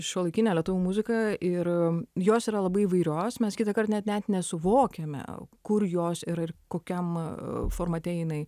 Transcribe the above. šiuolaikinė lietuvių muzika ir jos yra labai įvairios mes kitąkart net net nesuvokiame kur jos yra ir kokiam formate jinai